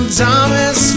thomas